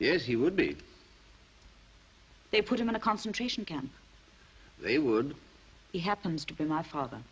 yes he would be they put him in a concentration camp they would he happens to be my